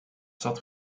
zat